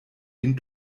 den